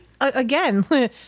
again